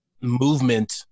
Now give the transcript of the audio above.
movement